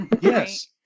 yes